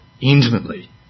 intimately